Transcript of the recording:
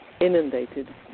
inundated